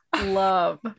love